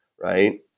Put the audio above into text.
right